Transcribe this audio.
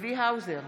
צבי האוזר,